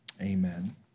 Amen